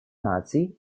наций